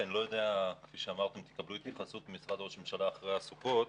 אמרתם שתקבלו את התייחסות משרד ראש הממשלה אחרי חג סוכות,